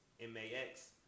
M-A-X